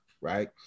right